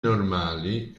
normali